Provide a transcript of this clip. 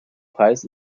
preis